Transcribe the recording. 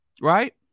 Right